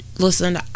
listen